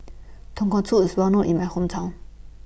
Tonkatsu IS Well known in My Hometown